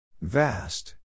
Vast